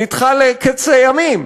נדחה לקץ הימים,